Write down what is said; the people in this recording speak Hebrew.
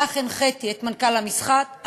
כך הנחיתי את מנכ"ל המשרד,